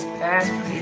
past